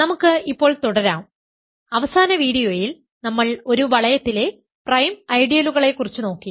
നമുക്ക് ഇപ്പോൾ തുടരാം അവസാന വീഡിയോയിൽ നമ്മൾ ഒരു വലയത്തിലെ പ്രൈം ഐഡിയലുകളെക്കുറിച്ച് നോക്കി